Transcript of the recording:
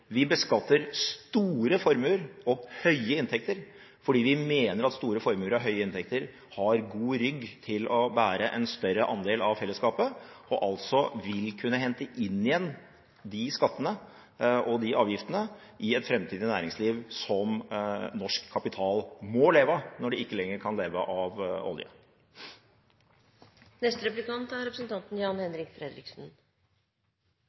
Vi beskatter store formuer og høye inntekter fordi vi mener at store formuer og høye inntekter har god rygg til å bære en større andel av felleskapet og vil kunne hente inn igjen de skattene og de avgiftene i et framtidig næringsliv som norsk kapital må leve av når de ikke lenger kan leve av olje.